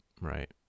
Right